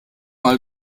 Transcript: mal